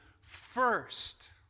first